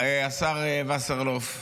השר וסרלאוף,